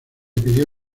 pidió